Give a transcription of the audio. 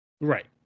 Right